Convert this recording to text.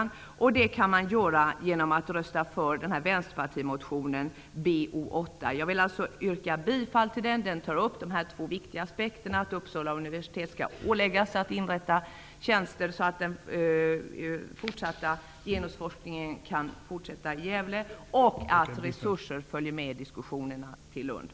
En sådan markering kan man göra genom att rösta ja till vänsterpartimotionen Bo8. Jag vill alltså yrka bifall till den motionen. Den tar upp de två viktiga aspekterna, att Uppsala universitet skall åläggas att inrätta tjänster så att genusforskningen kan fortsätta i Gävle och att diskussionerna i Lund åtföljs av resurser.